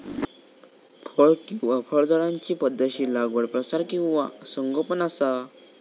फळ किंवा फळझाडांची पध्दतशीर लागवड प्रसार किंवा संगोपन असा